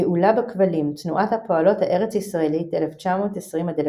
גאולה בכבלים תנועת הפועלות הארץ-ישראלית 1939-1920,